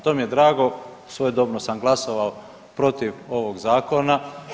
To mi je drago, svojedobno sam glasovao protiv ovog Zakona.